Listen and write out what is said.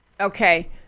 okay